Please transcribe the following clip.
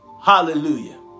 Hallelujah